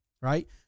right